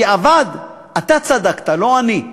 בדיעבד אתה צדקת, לא אני,